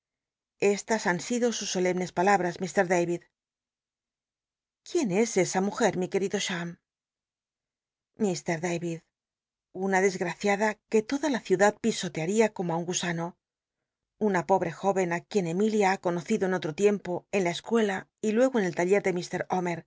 tas han sido sus solemnes palabras ij da id quién es esa mujer mi ijnerido cham mr david una dc gr ciada que toda la ciudad pisolearia como ü un u ano una pobre júvcn i t uien enilia ha conocido en otro tiempo en la scucla y luc o en el laije de